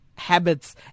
Habits